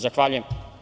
Zahvaljujem.